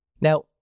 Now